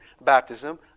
Baptism